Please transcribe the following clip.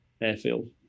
Airfield